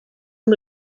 amb